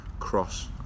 cross